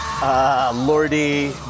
Lordy